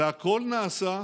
והכול נעשה,